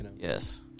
Yes